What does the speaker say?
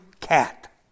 cat